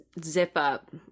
zip-up